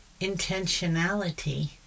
intentionality